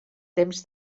temps